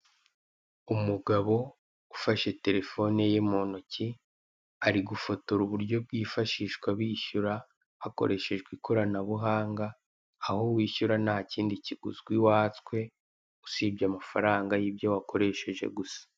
Umugabo ufashe telefone ye mu ntoki, ari gufotora uburyo bwifashishwa bishyura hakoreshejwe ikoranabuhanga, aho wishyura nta kindi kiguzwi watswe usibye amafaranga y'ibyo wakoresheje gusa.